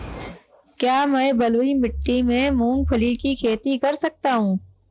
क्या मैं बलुई मिट्टी में मूंगफली की खेती कर सकता हूँ?